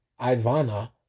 Ivana